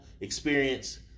experience